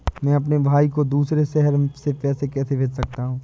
मैं अपने भाई को दूसरे शहर से पैसे कैसे भेज सकता हूँ?